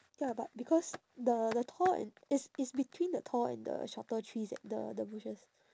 ya but because the the tall and it's it's between the tall and the shorter trees eh the the bushes